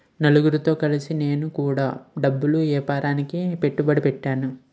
నలుగురితో కలిసి నేను కూడా బట్టల ఏపారానికి పెట్టుబడి పెట్టేను